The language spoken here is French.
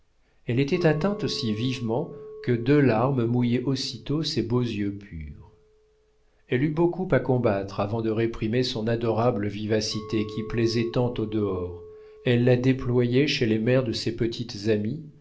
elle était atteinte si vivement que deux larmes mouillaient aussitôt ses beaux yeux purs elle eut beaucoup à combattre avant de réprimer son adorable vivacité qui plaisait tant au dehors elle la déployait chez les mères de ses petites amies